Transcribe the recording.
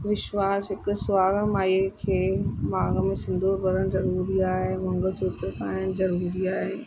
विश्वास हिकु सुहागण माईअ खे मांग में सिंदूर भरण ज़रूरी आहे मंगलसूत्र पाइण ज़रूरी आहे